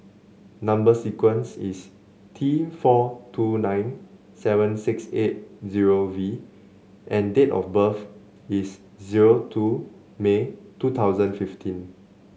number sequence is T four two nine seven six eight zero V and date of birth is zero two May two thousand fifteen